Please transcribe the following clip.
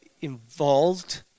involved